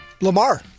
Lamar